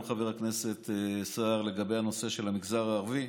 חבר הכנסת סער לגבי הנושא של המגזר הערבי,